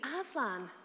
Aslan